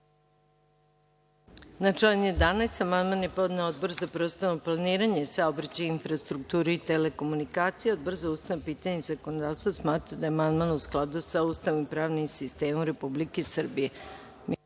Na član 11. amandman je podneo Odbor za prostorno planiranje, saobraćaj, infrastrukturu i telekomunikacije. Odbor za ustavna pitanja i zakonodavstvo smatra da je amandman u skladu sa Ustavom i pravnim sistemom Republike Srbije. Reč